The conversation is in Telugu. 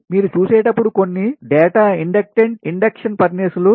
మీరు చూసేటప్పుడు కొన్ని డేటా ఇండెక్టెంట్ ఇండక్షన్ ఫర్నేసులు 0